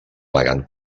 elegant